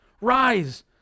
Rise